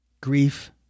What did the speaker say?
grief